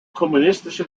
kommunistischen